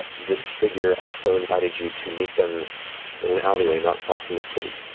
this figure also invited you to meet them in an alleyway not far from the city.